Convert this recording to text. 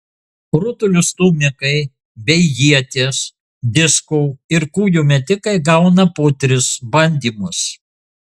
rutulio stūmikai bei ieties disko ir kūjo metikai gauna po tris bandymus